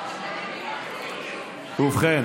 ובכן